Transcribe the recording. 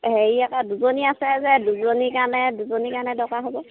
হেৰি আকৌ দুজনী আছে যে দুজনীৰ কাৰণে দুজনীৰ কাৰণে দৰকাৰ হ'ব